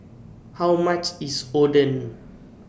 How much IS Oden